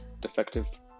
defective